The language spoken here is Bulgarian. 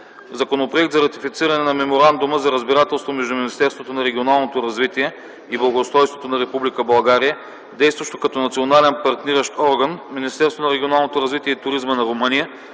Законопроект за ратифициране на Меморандума за разбирателство между Министерството на регионалното развитие и благоустройството на Република България, действащо като Национален партниращ орган, Министерството на регионалното развитие и туризма на Румъния,